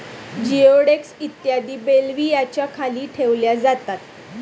जिओडेक्स इत्यादी बेल्व्हियाच्या खाली ठेवल्या जातात